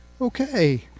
okay